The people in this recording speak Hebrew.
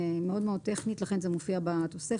היא מאוד מאוד טכנית, לכן זה מופיע בתוספת.